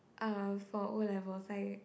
uh for O-levels I